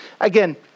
Again